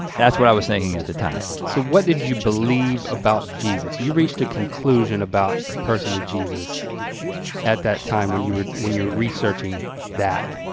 that's what i was thinking at the time. so what did you believe about jesus? you reached a conclusion about the person of jesus at that time when you were when you're researching that.